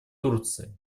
турции